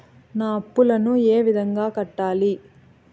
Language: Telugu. నా అప్పులను ఏ విధంగా కట్టాలి?